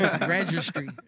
Registry